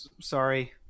Sorry